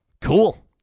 Cool